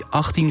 18